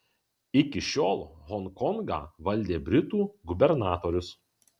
iki šiol honkongą valdė britų gubernatorius